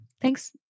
Thanks